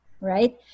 right